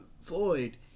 floyd